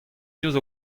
diouzh